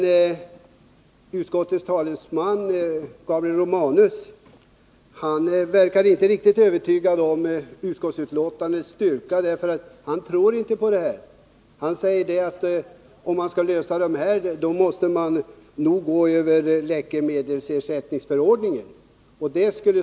Utskottets talesman Gabriel Romanus verkar emellertid inte riktigt övertygad om utskottsbetänkandets styrka, därför att han tror inte på det här. Han säger att om man skall lösa problemen, då måste man nog gå över läkemedelsersättningen.